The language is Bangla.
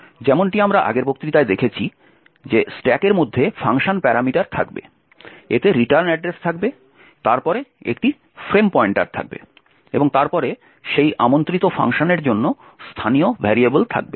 যেমনটি আমরা আগের বক্তৃতায় দেখেছি স্ট্যাকের মধ্যে ফাংশন প্যারামিটার থাকবে এতে রিটার্ন অ্যাড্রেস থাকবে তারপরে একটি ফ্রেম পয়েন্টার থাকবে এবং তারপরে সেই আমন্ত্রিত ফাংশনের জন্য স্থানীয় ভেরিয়েবল থাকবে